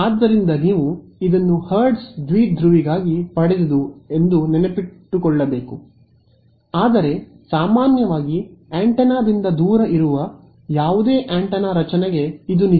ಆದ್ದರಿಂದ ನೀವು ಇದನ್ನು ಹರ್ಟ್ಜ್ ದ್ವಿಧ್ರುವಿಗಾಗಿ ಪಡೆದದು ಎಂದು ನೆನಪಿನಲ್ಲಿಟ್ಟುಕೊಳ್ಳಬೇಕು ಆದರೆ ಸಾಮಾನ್ಯವಾಗಿ ಆಂಟೆನಾದಿಂದ ದೂರ ಇರುವ ಯಾವುದೇ ಆಂಟೆನಾ ರಚನೆಗೆ ಇದು ನಿಜ